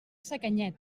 sacanyet